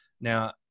now